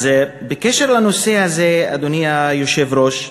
אז בקשר לנושא הזה, אדוני היושב-ראש,